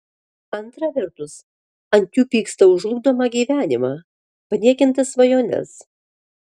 antra vertus ant jų pyksta už žlugdomą gyvenimą paniekintas svajones